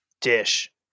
dish